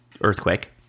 earthquake